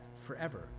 forever